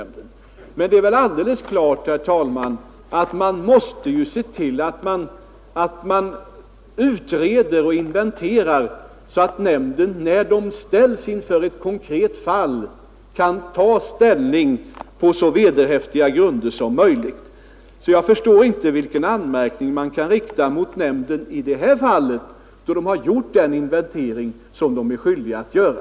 Men det är väl alldeles klart, herr talman, att nämnden måste göra utredningar och inventeringar så att den, när den ställs inför ett konkret fall, kan ta ställning på så vederhäftiga grunder som möjligt. Jag förstår alltså inte vilken anmärkning man kan rikta mot nämnden i detta fall, då den gjort den inventering den är skyldig att göra.